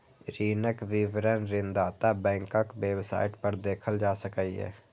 ऋणक विवरण ऋणदाता बैंकक वेबसाइट पर देखल जा सकैए